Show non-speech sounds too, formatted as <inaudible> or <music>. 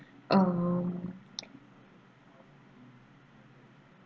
um <noise>